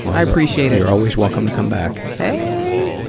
i appreciate it. you're always welcome to come back. heyyyyy!